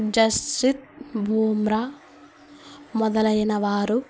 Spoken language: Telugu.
జస్ప్రీత్ భూమ్రా మొదలైన వారు